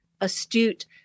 astute